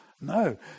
No